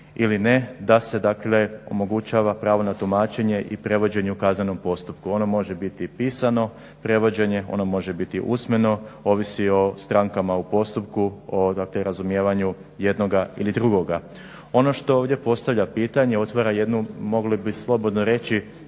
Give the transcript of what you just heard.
dakle omogućava pravo na tumačenje i prevođenje u kaznenom postupku. Ono može biti i pisano prevođenje, ono može biti usmeno ovisi o strankama u postupku, o razumijevanju jednoga ili drugoga. Ono što ovdje postavlja pitanje otvara jednu mogli bi slobodno reći